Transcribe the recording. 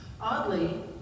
Oddly